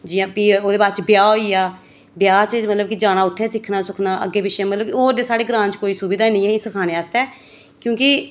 जि'यां भी ओह्दे बाद ब्याह् होई गेआ ब्याह् च मतलब जाना उत्थै सिक्खना सुक्खना अग्गें पिच्छें मतलब होर ते साढ़े ग्रांऽ च कोई सुविधा निं ही सिखाने आस्तै क्योंकि